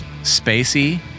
spacey